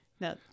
No